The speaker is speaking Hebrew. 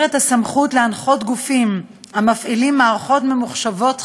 את הסמכות להנחות גופים המפעילים מערכות ממוחשבות חיוניות,